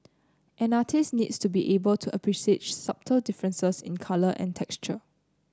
an artist needs to be able to appreciate differences in colour and texture